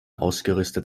ausgerüstet